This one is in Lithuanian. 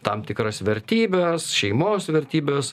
tam tikras vertybes šeimos vertybes